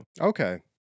Okay